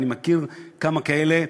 ואני מכיר כמה כאלה.